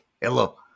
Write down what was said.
hello